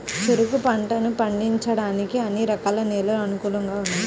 చెరుకు పంటను పండించడానికి అన్ని రకాల నేలలు అనుకూలంగా ఉండవు